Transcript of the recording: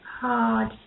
hard